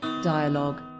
Dialogue